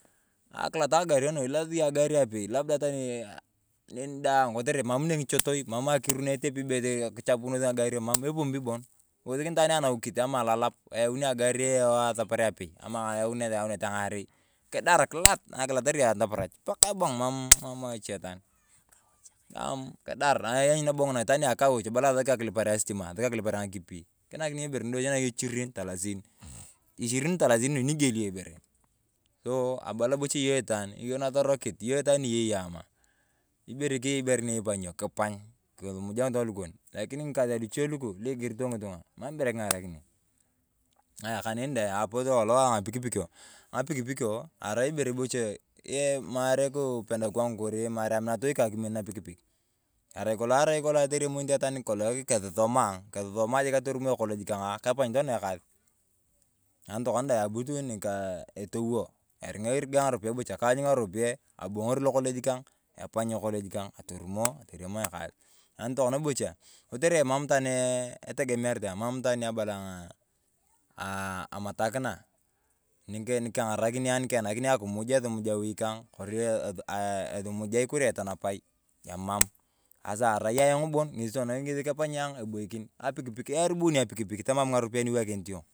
Akilat ng’agario nu ilasi yong agar apei labuda teni neni daang kotere eman ng’ichotoi, emam akiru na etepi kichapunes ng’agario, epumpi bon. Iwosekini itwaan anawikit kori alolap yau agar a safari apei amaa ng’ayaunet ng’arei. Kidar kilat na ilatara nachaparoch pakaa ebong emam emam ichatoan. Ani iyani ng’una itwaan nabo nia akaowash ebala asaki akilipare astima, asaki akilipare ng’akipi, kinakin yong ibere nidochichi ishirin talasin. Ishirin talasin nu nyigieli yong ibere. Ooh abala bocha iyung itwaan nasorokit, iyong itwaan ni iyei amaa, ibere keyei ibere ni ebay, kipany kimujaa ng’itung’a lukon. Lakinii ng’ikasea luche luku, lo igirito ng’itung’a emam ibere king’arakini. Ayaa kaneni dee apotoo lowae lo angapikpikio, ng’apikpikio arai ibere bocha ni maree kupenda kwanguu kori meere aminatoi kang akimin aapikpik. Arai kolong arai atoremunite itwaan nikolong kisosomae ayong, kisosomaa ayong atomoo ekolej kang kepany tokona ayong ekas. Ani tokona deeng a abu tu nikaa etouwo, ering’a erigae ng’aropiayae, kaany ng’aropiyae abong’ori lokolej kang atorumo ateremonea ekas. Tokona bocha kotere emam itwaan itegemerit a emam itwaan ni abala ayong aah amatakina nikang nikeng’arakini esumuj awi kang, esumujai kori atanapai emam. Saasaa arai ayong bon tokona ng’esi kipany ayong ebokin. Apikpik aribun apikpik tamam ng’aropiayae na iwakinit yong.